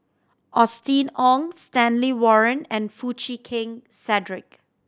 Austen Ong Stanley Warren and Foo Chee Keng Cedric